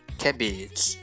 cabbage